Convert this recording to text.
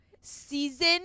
season